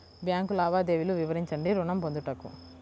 Bank లావాదేవీలు వివరించండి ఋణము పొందుటకు?